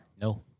No